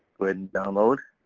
go ahead and download.